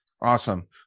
Awesome